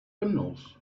criminals